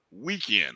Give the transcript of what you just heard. Weekend